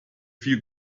viel